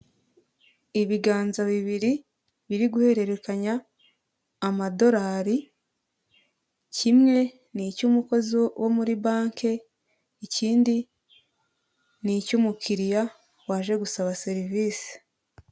Ibiganza bibiri biri guhererekanya amadolari, kimwe ni icya umukozi wo muri banki ikindi ni icya umukiriya waje gusaba serivisi.